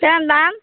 কিরম দাম